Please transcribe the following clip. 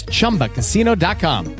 Chumbacasino.com